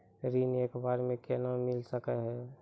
ऋण केतना एक बार मैं मिल सके हेय?